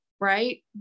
right